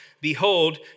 behold